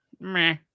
Meh